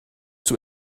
too